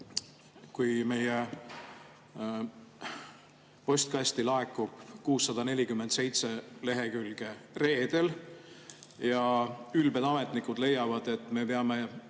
Kui meie postkasti laekub 647 lehekülge reedel ja ülbed ametnikud leiavad, et me peame